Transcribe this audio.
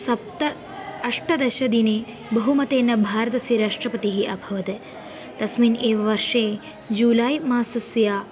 सप्त अष्टदशदिने बहुमतेन भारतस्य राष्ट्रपतिः अभवत् तस्मिन् एव वर्षे जुलै मासस्य